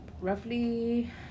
Roughly